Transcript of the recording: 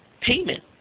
payment